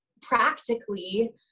practically